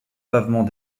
pavement